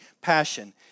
passion